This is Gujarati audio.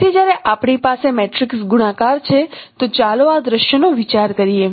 તેથી જ્યારે આપણી પાસે મેટ્રિક્સ ગુણાકાર છે તો ચાલો આ દૃશ્યનો વિચાર કરીએ